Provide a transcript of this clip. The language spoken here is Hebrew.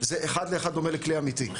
זה אחד לאחד דומה לכלי אמיתי.